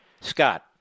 Scott